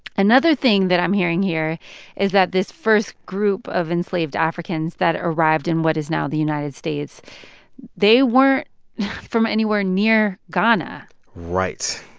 another thing that i'm hearing here is that this first group of enslaved africans that arrived in what is now the united states they weren't from anywhere near ghana right